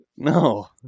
No